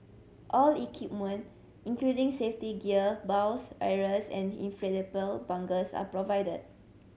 all equipment including safety gear bows arrows and inflatable bunkers are provided